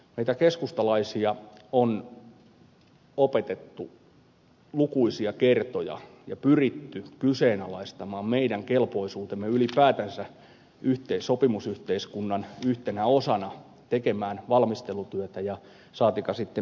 meitä keskustalaisia on opetettu lukuisia kertoja ja pyritty kyseenalaistamaan meidän kelpoisuutemme ylipäätänsä sopimusyhteiskunnan yhtenä osana tekemään valmistelutyötä saatikka sitten päättämään